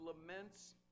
laments